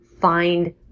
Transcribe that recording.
find